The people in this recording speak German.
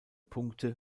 punkte